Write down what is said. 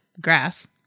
grass